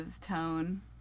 tone